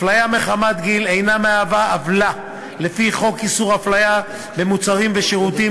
הפליה מחמת גיל אינה מהווה עוולה לפי חוק איסור הפליה במוצרים ושירותים